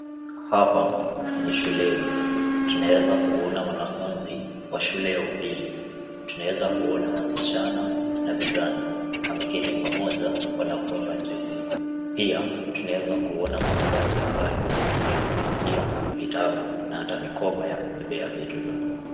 Hapa ni shuleni. Tunaeza kuona wanafunzi wa shule ya upili. Tunaeza kuona wasichana na vijana wameketi pamoja, wanakunywa juisi. Pia tunaweza kuona madawati ambayo wanatumia kuandikia vitabu na hata mikoba za kubebea vitu zao.